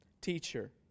Teacher